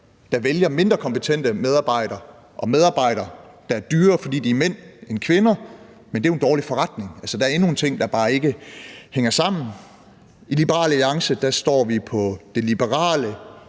der vælger mindre kompetente medarbejdere og medarbejdere, der er dyrere, fordi de er mænd. Men det vil jo så være en dårlig forretning, og dermed er det her endnu en ting, der ikke hænger sammen. I Liberal Alliance står vi på det liberale,